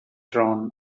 drawn